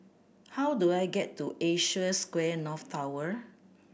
how do I get to Asia Square North Tower